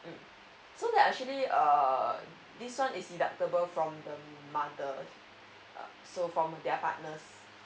so there are actually uh this one is deductible from the mother so from their partners